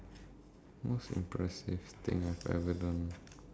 can be a sport but depends on how you think of it mmhmm